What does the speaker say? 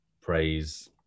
praise